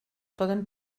poden